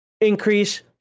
increase